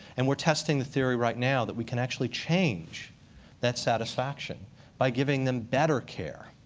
and we're testing the theory right now that we can actually change that satisfaction by giving them better care.